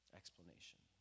explanation